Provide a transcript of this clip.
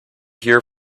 here